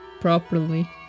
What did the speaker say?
properly